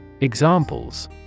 Examples